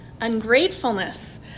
Ungratefulness